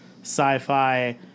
sci-fi